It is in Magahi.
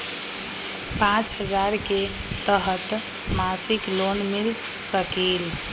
पाँच हजार के तहत मासिक लोन मिल सकील?